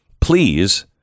Please